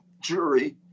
jury